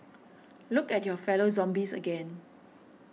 look at your fellow zombies again